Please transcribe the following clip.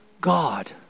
God